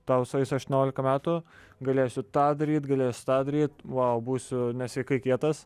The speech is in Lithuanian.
tau sueis aštuoniolika metų galėsiu tą daryt galėsiu tą daryt vau būsiu nesveikai kietas